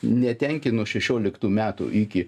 netenkino šešioliktų metų iki